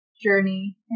journey